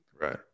right